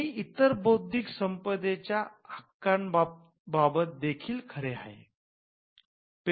जे इतर बौद्धिक संपदेच्या हक्का बाबत देखील खरे आहे